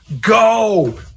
go